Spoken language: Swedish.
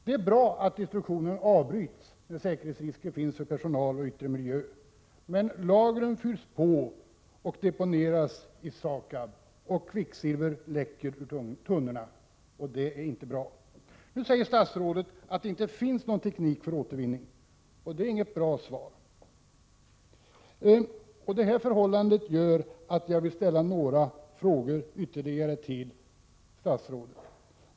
Det är bra att destruktionen avbryts, eftersom den innebär säkerhetsrisker för personal och yttre miljö. Men lagren fylls på i SAKAB, och kvicksilver läcker ur tunnorna, och det är inte bra. Nu säger statsrådet att det inte finns någon teknik för återvinning, och det är inget bra svar. Detta förhållande gör att jag vill ställa ytterligare några frågor till statsrådet.